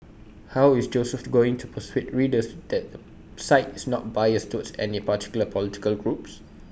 how is Joseph going to persuade readers that the site is not biased towards any particular political group